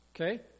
Okay